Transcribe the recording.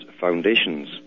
foundations